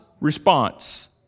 response